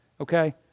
okay